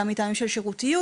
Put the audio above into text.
גם מטעמים של שירותיות,